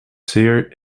zeer